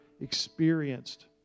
experienced